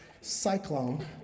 cyclone